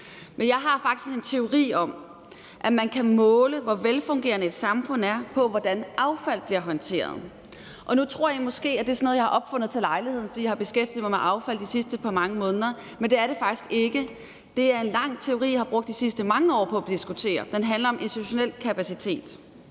men jeg har faktisk en teori om, at man kan måle, hvor velfungerende et samfund er, på, hvordan affald bliver håndteret. Nu tror I måske, at det er sådan noget, jeg har opfundet til lejligheden, fordi jeg har beskæftiget mig med affald de sidste mange måneder, men det er det faktisk ikke. Det er en teori, jeg har brugt de sidste mange år på at diskutere, og den handler om institutionel kapacitet.